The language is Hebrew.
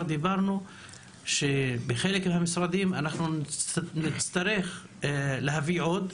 דיברנו על כך שבחלק מהמשרדים נצטרך להביא עוד,